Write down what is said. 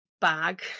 bag